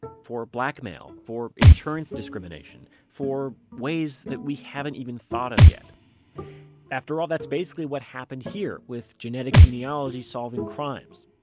for blackmail. for insurance discrimination. for. ways we that we haven't even thought of yet after all that's basically what happened here with genetic genealogy solving crimes.